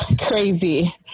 Crazy